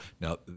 now